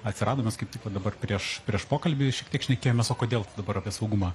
atsirado mes kaip tik dabar prieš prieš pokalbį šiek tiek šnekėjomės o kodėl dabar apie saugumą